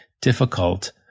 difficult